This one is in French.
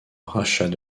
rachat